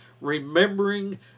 remembering